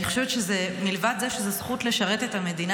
אני חושבת שמלבד זה שזאת זכות לשרת את המדינה,